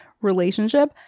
relationship